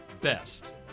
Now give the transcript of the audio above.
best